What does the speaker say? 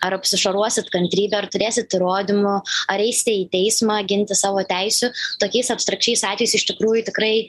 ar apsišarvuosit kantrybe ar turėsit įrodymų ar eisite į teismą ginti savo teisių tokiais abstrakčiais atvejais iš tikrųjų tikrai